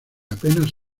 apenas